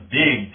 big